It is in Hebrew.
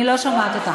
אני לא שומעת אותך.